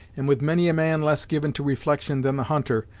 and with many a man less given to reflection than the hunter,